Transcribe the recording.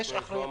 יש הרבה